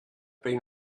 been